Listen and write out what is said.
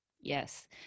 Yes